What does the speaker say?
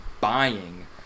buying